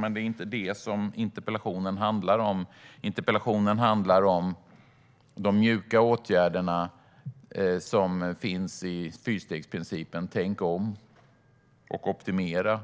Men det är inte vad interpellationen handlar om. Interpellationen handlar om att vidta de mjuka åtgärderna som finns i fyrstegsprincipen: tänk om och optimera.